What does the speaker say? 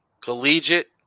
Collegiate